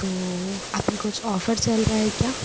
तो अभी कुछ ऑफर चल रहा है क्या